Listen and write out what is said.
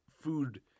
food